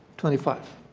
twenty five.